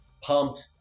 Pumped